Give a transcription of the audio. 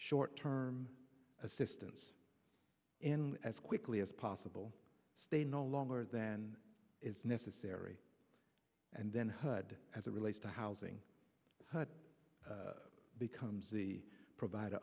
short term assistance in as quickly as possible stay no longer than is necessary and then heard as it relates to housing but becomes the provider